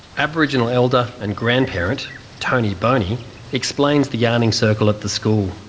aboriginal elder and grandparent tony boney explains the yarning circle at the school.